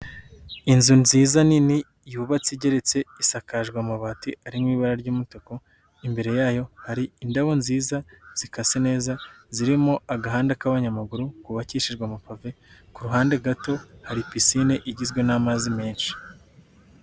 Inzu nziza nini yubatse igeretse isakajwe amabati arimo ibara ry'umutuku, imbere yayo hari indabo nziza zikase neza zirimo agahanda k'abanyamaguru kubakishijwe amapave ku ruhande gato hari pisine igizwe n'amazi menshi.